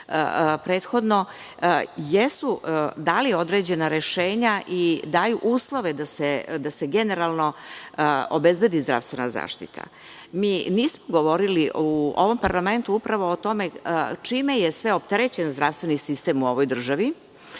prethodno jesu dali određena rešenja i daju uslove da se generalno obezbedi zdravstvena zaštita. Mi nismo govorili u ovom parlamentu upravo o tome čime je sve opterećen zdravstveni sistem u ovoj državi.